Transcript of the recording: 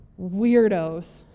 weirdos